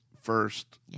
first